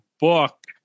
book